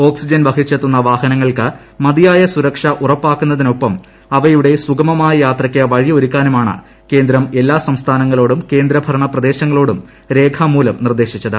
oxygen വഹിച്ചെത്തുന്ന വാഹനങ്ങൾക്ക് മതിയായ സുരക്ഷ ഉറപ്പാക്കുന്നതി നൊപ്പം അവയുടെ സുഗമമായ യാത്രയ്ക്ക് വഴി ഒരുക്കാനുമാണ് കേന്ദ്രം എല്ലാ സംസ്ഥാനങ്ങളോടും ക്ട്രിന്ദഭരണപ്രദേശങ്ങളോടും രേഖാമൂലം നിർദ്ദേശിച്ചത്